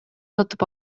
сатып